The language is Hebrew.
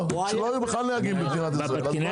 שלא יהיו בכלל נהגים במדינת ישראל.